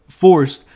forced